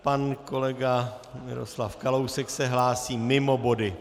Pan kolega Miroslav Kalousek se hlásí mimo body.